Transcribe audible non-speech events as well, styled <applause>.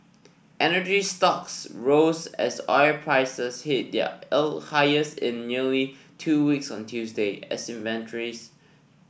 energy stocks roses as oil prices hit their <unintelligible> highest in nearly two weeks on Tuesday as inventories